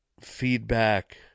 feedback